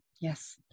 Yes